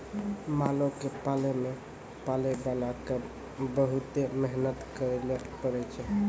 मालो क पालै मे पालैबाला क बहुते मेहनत करैले पड़ै छै